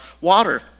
water